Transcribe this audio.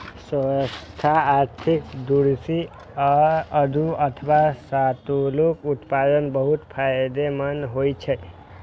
स्वास्थ्य आ आर्थिक दृष्टि सं आड़ू अथवा सतालूक उत्पादन बहुत फायदेमंद होइ छै